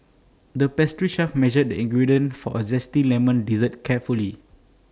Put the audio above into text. the pastry chef measured the ingredients for A Zesty Lemon Dessert carefully